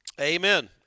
Amen